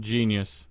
Genius